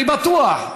אני בטוח.